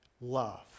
love